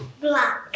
Black